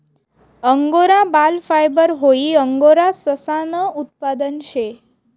angora बाल fibre हाई angora ससानं उत्पादन शे